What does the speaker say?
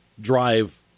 drive